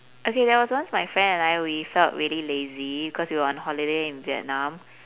okay there was once my friend and I we felt really lazy cause we are on holiday in vietnam